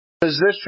position